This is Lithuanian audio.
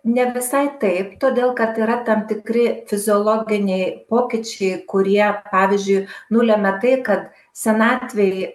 ne visai taip todėl kad yra tam tikri fiziologiniai pokyčiai kurie pavyzdžiui nulemia tai kad senatvėj